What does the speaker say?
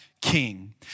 king